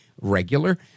regular